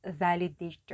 validator